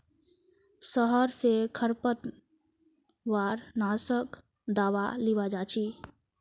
शहर स खरपतवार नाशक दावा लीबा जा छि